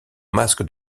masque